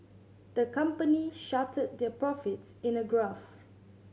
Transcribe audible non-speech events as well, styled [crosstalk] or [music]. the company [unintelligible] their profits in a graph